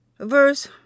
verse